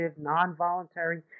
non-voluntary